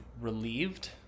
relieved